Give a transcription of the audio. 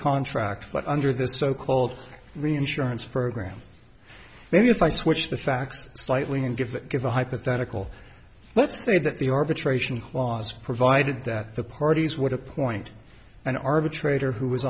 contract but under the so called reinsurance program maybe if i switched the facts slightly and give that give a hypothetical let's say that the arbitration clause provided that the parties would appoint an arbitrator who was